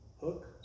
Hook